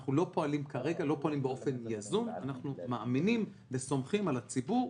ואנחנו לא פועלים כרגע באופן יזום כי אנחנו מאמינים וסומכים על הציבור.